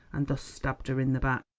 and thus stabbed her in the back.